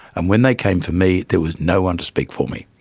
and when they came for me there was no one to speak for me.